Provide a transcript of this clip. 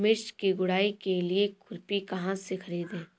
मिर्च की गुड़ाई के लिए खुरपी कहाँ से ख़रीदे?